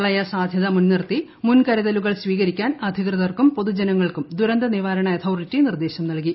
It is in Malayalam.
പ്രളയ സാധ്യത മുൻനിർത്തി മുൻകരുതലുകൾ സ്വീകരിക്കാൻ അധികൃതർക്കും പൊതുജനങ്ങൾക്കും ദുരന്ത നിവാരണ അതോറിറ്റി നിർദേശം നൽകി